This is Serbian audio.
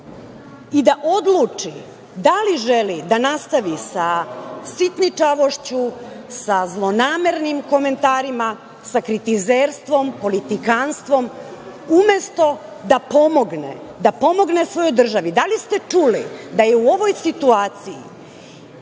i da odluči da li želi da nastavi sa sitničavošću, sa zlonamernim komentarima, sa kritizerstvom, politikanstvom, umesto da pomogne svojoj državi? Da li ste čuli da je u ovoj situaciji